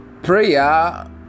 prayer